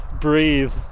Breathe